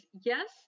Yes